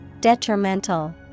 Detrimental